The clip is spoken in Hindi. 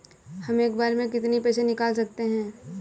हम एक बार में कितनी पैसे निकाल सकते हैं?